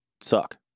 suck